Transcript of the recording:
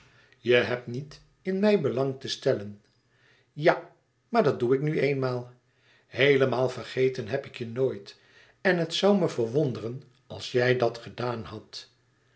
je hebt niet in mij belang te stellen ja maar dat doe ik nu eenmaal heelemaal vergeten heb ik je nooit en het zoû me verwonderen als jij dat gedaan hadt